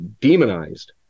demonized